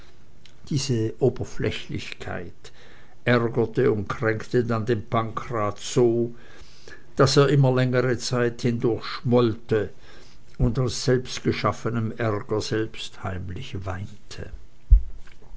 diese oberflächlichkeit ärgerte und kränkte dann den pankraz so daß er immer längere zeiträume hindurch schmollte und aus selbstgeschaffenem ärger selbst heimlich weinte